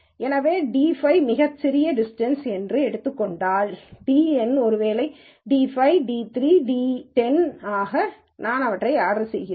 எனவே d5 மிகச்சிறிய distance என்று எடுத்துக் கொண்டால் dn ஒருவேளை d 5 d 3 d 10 வாக நான் அவற்றை ஆர்டர் செய்கிறேன்